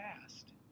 past